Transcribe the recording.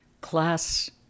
class